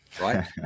right